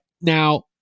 Now